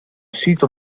sito